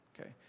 Okay